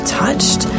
touched